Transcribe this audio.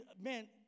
man